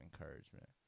encouragement